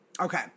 Okay